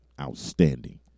outstanding